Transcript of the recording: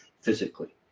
physically